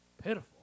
pitiful